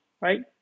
right